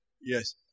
yes